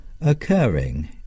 occurring